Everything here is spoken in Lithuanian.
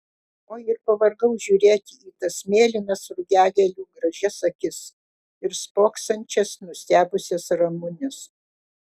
o ir pavargau žiūrėti į tas mėlynas rugiagėlių gražias akis ir spoksančias nustebusias ramunes